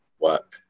work